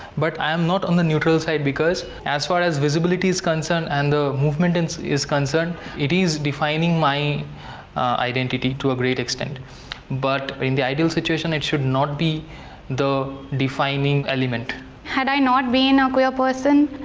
but i am not on the neutral side because as far as visibility is concerned and the movement and is concerned it is defining my identity to a great extent but in the ideal situation it should not be the defining element had i not been a ah queer person,